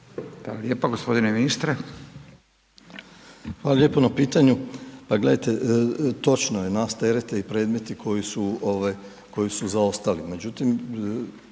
Dražen (HDZ)** Hvala lijepo na pitanju. Pa gledajte, točno je, nas terete i predmeti koji su zaostali. Međutim,